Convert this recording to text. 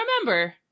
Remember